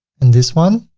and this one